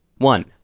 One